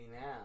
now